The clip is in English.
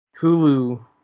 Hulu